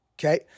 okay